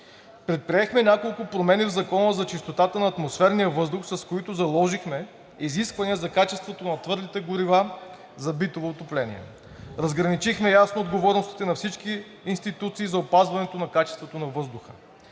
Предприехме няколко промени в Закона за чистотата на атмосферния въздух, с които заложихме изисквания за качеството на твърдите горива за битово отопление. Разграничихме ясно отговорностите на всички институции за опазването на качеството на въздуха.